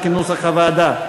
סעיף 12, כנוסח הוועדה,